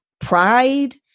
pride